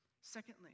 Secondly